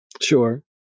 sure